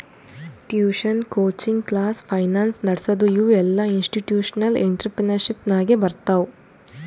tuition, coaching class, finance ನಡಸದು ಇವು ಎಲ್ಲಾಇನ್ಸ್ಟಿಟ್ಯೂಷನಲ್ ಇಂಟ್ರಪ್ರಿನರ್ಶಿಪ್ ನಾಗೆ ಬರ್ತಾವ್